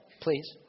please